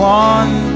one